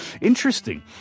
Interesting